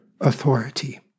authority